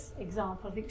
example